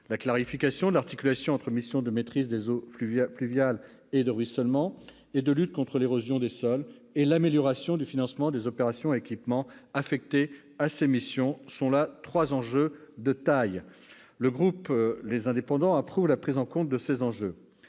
la clarification de l'articulation entre mission de maîtrise des eaux pluviales et de ruissellement et celle de lutte contre l'érosion des sols et l'amélioration du financement des opérations et équipements affectés à ces missions sont trois enjeux de taille. Le groupe Les Indépendants-République et Territoires approuve la prise en compte de ces enjeux.